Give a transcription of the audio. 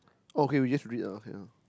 oh okay we just read ah okay uh